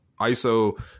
iso